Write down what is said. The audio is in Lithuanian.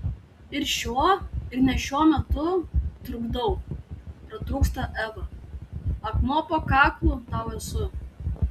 ir šiuo ir ne šiuo metu trukdau pratrūksta eva akmuo po kaklu tau esu